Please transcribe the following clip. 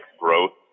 growth